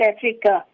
Africa